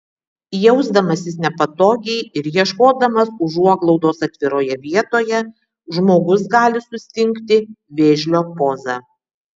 jausdamasis nepatogiai ir ieškodamas užuoglaudos atviroje vietoje žmogus gali sustingti vėžlio poza